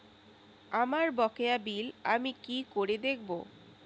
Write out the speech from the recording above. আমার বকেয়া বিল আমি কি করে দেখব?